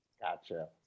Gotcha